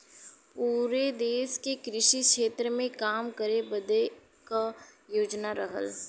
पुरे देस के कृषि क्षेत्र मे काम करे बदे क योजना रहल